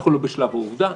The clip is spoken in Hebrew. אנחנו לא בשלב העובדה.